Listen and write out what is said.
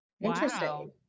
Interesting